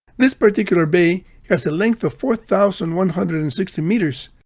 this particular bay has a length of four thousand one hundred and sixty meters,